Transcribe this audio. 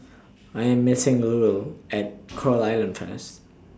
I'm meeting Louella At Coral Island First